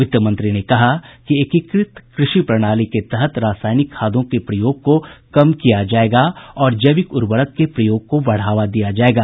वित्त मंत्री ने कहा कि एकीकृत कृषि प्रणाली के तहत रासायनिक खादों के प्रयोग को कम किया जायेगा और जैविक उर्वरक के प्रयोग को बढ़ावा दिया जायेगा